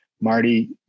Marty